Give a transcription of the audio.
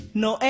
no